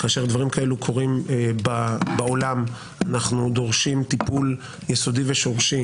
כאשר דברים כאלו קורים בעולם אנחנו דורשים טיפול יסודי ושורשי